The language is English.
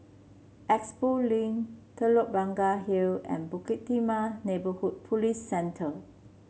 Expo Link Telok Blangah Hill and Bukit Timah Neighbourhood Police Centre